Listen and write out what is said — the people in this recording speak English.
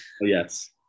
Yes